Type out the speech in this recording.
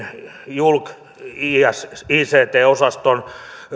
julkict osaston